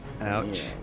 Ouch